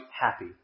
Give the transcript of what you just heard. happy